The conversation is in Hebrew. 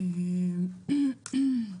לכולם,